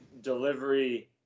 delivery